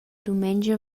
dumengia